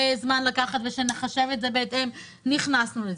זמן ושנחשב את זה בהתאם נכנסנו לזה.